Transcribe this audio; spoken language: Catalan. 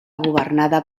governada